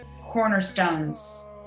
cornerstones